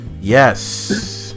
Yes